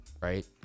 right